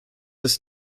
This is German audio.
ist